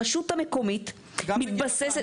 הרשות המקומית מתבססת